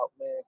man